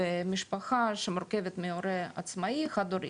ומשפחה שמורכבת מהורה עצמאי, חד הורי,